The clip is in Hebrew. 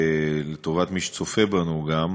לטובת מי שצופה בנו גם,